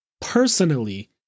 personally